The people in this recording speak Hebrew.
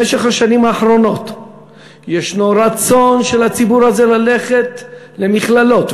בשנים האחרונות יש רצון של הציבור הזה ללכת למכללות,